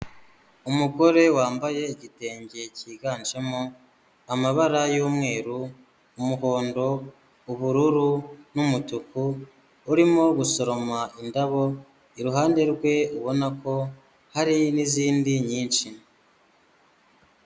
Umugore wambaye igitenge cyiganjemo amabara y'umweru, umuhondo. ubururu, n'umutuku urimo gusoroma indabo iruhande rwe ubona ko hari n'izindi nyinshi.